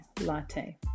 Latte